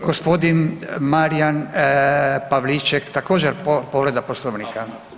Gospodin Marijan Pavliček također povreda Poslovnika.